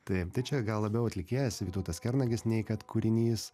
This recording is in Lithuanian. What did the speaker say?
taip tai čia gal labiau atlikėjas vytautas kernagis nei kad kūrinys